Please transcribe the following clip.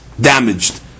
damaged